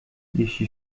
jeśli